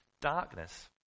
darkness